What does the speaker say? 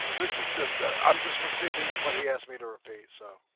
this is just i'm just repeating what he asked me to repeat so